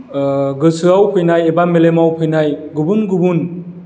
गोसोआव फैनाय एबा मेलेमाव फैनाय गुबुन गुबुन